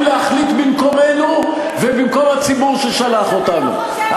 להחליט במקומנו ובמקום הציבור ששלח אותנו.